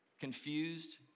confused